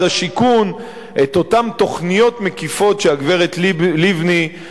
השיכון את אותן תוכניות מקיפות שהגברת לבני,